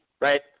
right